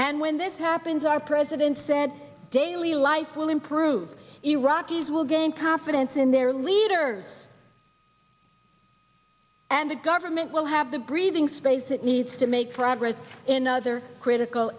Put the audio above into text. and when this happens our president said daily life will improve iraqis will gain confidence in their leaders and the government will have the breathing space it needs to make progress in other critical